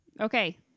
okay